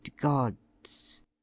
gods